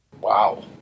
Wow